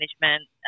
management